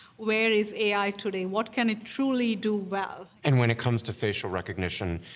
where is a i. today? what can it truly do well? and when it comes to facial recognition,